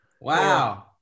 Wow